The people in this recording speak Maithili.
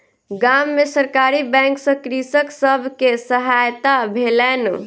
गाम में सरकारी बैंक सॅ कृषक सब के सहायता भेलैन